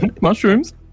mushrooms